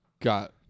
got